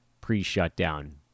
pre-shutdown